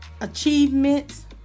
achievements